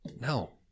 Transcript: No